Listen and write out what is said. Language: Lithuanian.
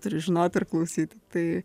turi žinoti ir klausyti tai